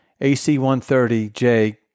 AC-130J